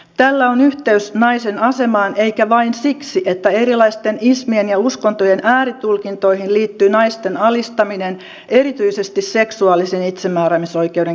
tällä on yhteys naisen asemaan eikä vain siksi että erilaisten ismien ja uskontojen ääritulkintoihin liittyy naisten alistaminen erityisesti seksuaalisen itsemääräämisoikeuden kieltäminen